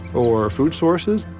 or food sources.